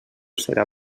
serà